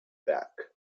back